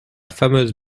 fameuse